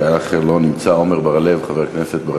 חבר הכנסת ישראל אייכלר, לא נמצא.